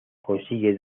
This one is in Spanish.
consigue